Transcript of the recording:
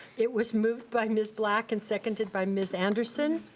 it was moved by ms. black and seconded by ms. anderson.